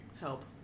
help